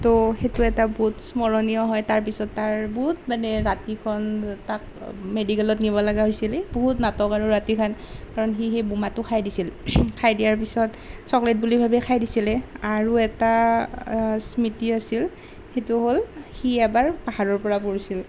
তো সেইটো এটা বহুত স্মৰণীয় হয় তাৰপিছত তাৰ বহুত মানে ৰাতিখন তাক মেডিকেলত নিবলগীয়া হৈছিল এই বহুত নাটক আৰু ৰাতিখন কাৰণ সি সেই বোমাটো খাই দিছিল খাই দিয়াৰ পিছত চকলেট বুলি ভাবি খাই দিছিলে আৰু এটা স্মৃতি আছিল সেইটো হ'ল সি এবাৰ পাহাৰৰ পৰা পৰিছিল